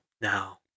now